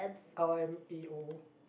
L_M_A_O